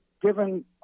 Given